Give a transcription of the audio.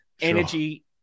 Energy